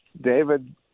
David